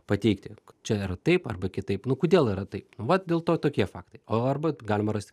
pateikti čia ar taip arba kitaip nu kodėl yra taip nu vat dėl to tokie faktai o arba galima rasti